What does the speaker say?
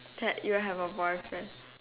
had you have a boyfriend